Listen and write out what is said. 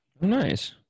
Nice